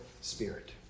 spirit